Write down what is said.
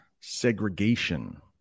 segregation